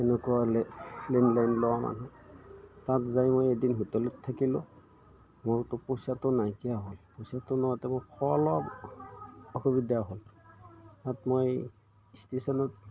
এনেকুৱা লেণ্ডলাইন লোৱা মানুহ তাত যাই মই এদিন হোটেলত থাকিলোঁ মোৰতো পইচাটো নাইকিয়া হ'ল পইচাটো নোহোৱাতে মোৰ খোৱা লোৱা অসুবিধা হ'ল হোৱাত মই ষ্টেচনত